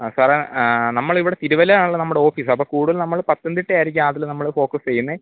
ആ സാറെ നമ്മൾ ഇവിടെ തിരുവല്ലയിൽ ആണല്ലൊ നമ്മുടെ ഓഫീസ് അപ്പം കൂടുതൽ നമ്മള് പത്തനംതിട്ടയായിരിക്കും അതില് നമ്മള് ഫോക്കസ് ചെയ്യുന്നത്